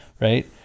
right